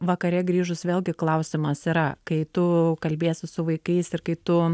vakare grįžus vėlgi klausimas yra kai tu kalbiesi su vaikais ir kai tu